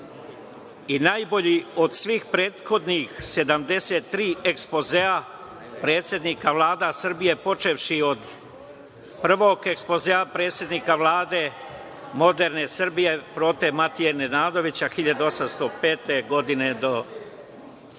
i najbolji od svih prethodnih 73 ekspozea predsednika Vlada Republike Srbije, počevši od prvog ekspozea predsednika Vlade, moderne Srbije, Prote Matije Nenadovića 1805. godine do